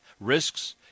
risks